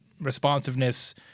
responsiveness